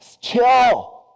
chill